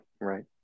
right